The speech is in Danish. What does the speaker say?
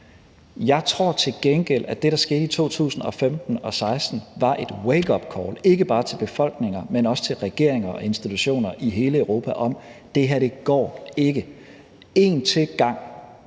Jeg tror til gengæld, at det, der skete i 2015 og 2016, var et wakeupcall ikke bare til befolkninger, men også til regeringer og institutioner i hele Europa, om, at det her ikke går en gang